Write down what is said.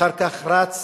ואחר כך רץ